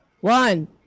One